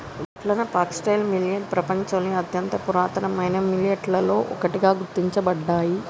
గట్లన foxtail millet పెపంచంలోని అత్యంత పురాతనమైన మిల్లెట్లలో ఒకటిగా గుర్తించబడ్డాయి